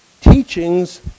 teachings